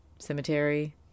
cemetery